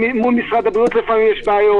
משרד הבריאות יש לפעמים בעיות